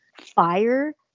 fire